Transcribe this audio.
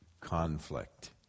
conflict